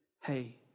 hey